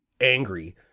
angry